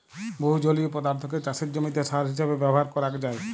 বহু জলীয় পদার্থকে চাসের জমিতে সার হিসেবে ব্যবহার করাক যায়